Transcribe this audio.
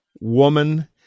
woman